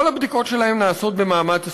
כל הבדיקות שלהם נעשות במעמד הסוהר.